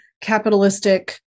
capitalistic